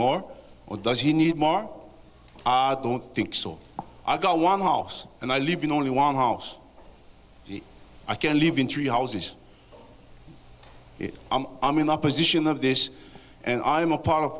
more or does he need more don't think so i've got one house and i live in only one house i can live in three houses i'm in opposition of this and i'm a part of